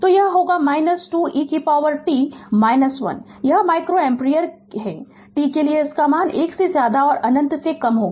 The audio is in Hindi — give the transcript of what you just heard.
तो यह होगा 2 e t - 1 यह माइक्रो एम्पेयर है t के लिए इसका मान 1 से ज्यादा अन्नंत से कम होगा